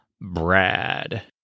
brad